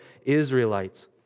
Israelites